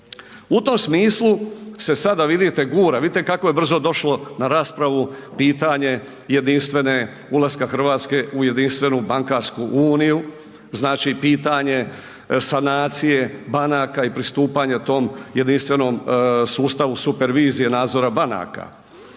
U tom smislu se sada vidite gura, vidite kako je brzo došlo na raspravu pitanje ulaska Hrvatske u Jedinstvenu bankarsku uniju, pitanje sanacije banaka i pristupanje tom jedinstvenom sustavu supervizije nadzora banaka.